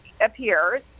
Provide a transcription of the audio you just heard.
appears